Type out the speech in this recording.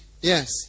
Yes